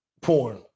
porn